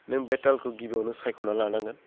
नों बे तालखौ गिबियावनो सायख'ना लानांगोन